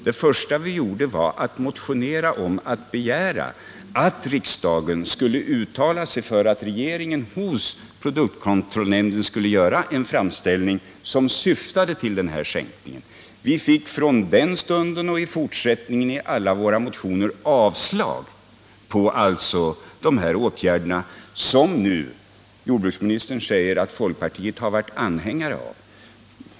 Vår första åtgärd var att i en motion begära att riksdagen skulle uttala sig för att regeringen hos produktkontrollnämnden skulle göra en framställning, som syftade till en sänkning av blyhalten i bensinen. Vi fick emellertid då avslag på vårt krav, och så har även skett med alla de motionskrav som vi i fortsättningen framfört på åtgärder som jordbruksministern nu säger att folkpartiet har varit anhängare av.